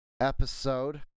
episode